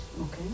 Okay